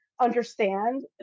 understand